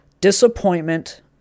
disappointment